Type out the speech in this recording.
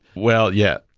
well yeah,